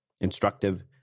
instructive